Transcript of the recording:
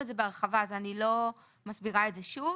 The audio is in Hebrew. את זה בהרחבה אז אני לא מסבירה את זה שוב.